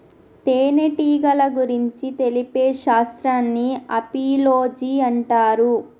తేనెటీగల గురించి తెలిపే శాస్త్రాన్ని ఆపిలోజి అంటారు